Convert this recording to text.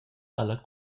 alla